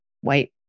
white